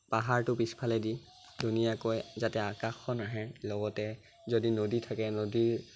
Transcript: পাহাৰটোৰ পিছফালেদি ধুনীয়াকৈ যাতে আকাশখন আহে লগতে যদি নদী থাকে নদীৰ